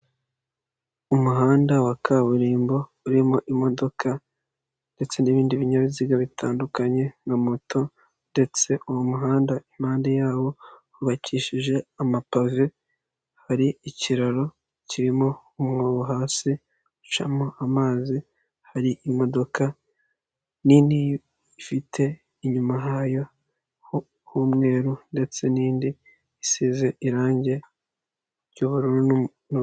Umuhanda wa kaburimbo urimo imodoka ndetse n'ibindi binyabiziga bitandukanye na moto ndetse uwo muhanda impande yawo hubakishije amapave, hari ikiraro kirimo umwobo hasi ucamo amazi, hari imodoka nini ifite inyuma hayo h'umweru ndetse n'indi isize irange ry'ubururu.